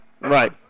Right